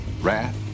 wrath